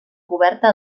coberta